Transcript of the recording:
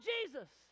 Jesus